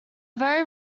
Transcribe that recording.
very